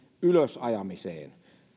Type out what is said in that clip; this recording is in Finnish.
ylösajamiseen